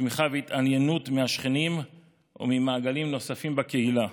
לתמיכה ולהתעניינות מהשכנים וממעגלים נוספים בקהילה,